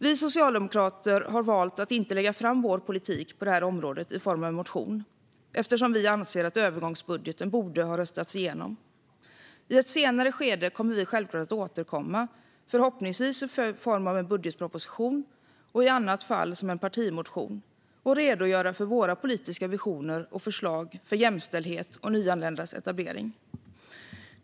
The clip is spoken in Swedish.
Vi socialdemokrater har valt att inte lägga fram vår politik på detta område i form av en motion, eftersom vi anser att övergångsbudgeten borde ha röstats igenom. I ett senare skede kommer vi självklart att återkomma - förhoppningsvis i form av en budgetproposition, i annat fall i form av en partimotion - och redogöra för våra politiska visioner och förslag för jämställdhet och nyanländas etablering.